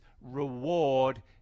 reward